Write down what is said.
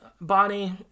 Bonnie